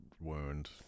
wound